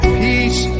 peace